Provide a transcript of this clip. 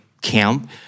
camp